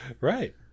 right